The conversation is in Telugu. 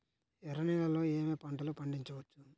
ఎర్ర నేలలలో ఏయే పంటలు పండించవచ్చు?